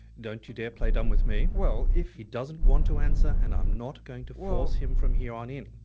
don't you dare play dumb with me? well, if. he doesn't want to answer and i'm not going to. well. force him from here on in.